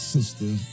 Sister